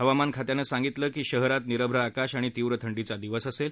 हवामान खात्यानं सांगितलं की शहरात निरभ्र आकाश आणि तीव्र थंडीचा दिवस असेल